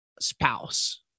spouse